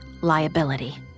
liability